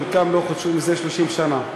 חלקן לא חודשו זה 30 שנה.